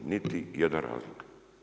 Niti jedan razlog.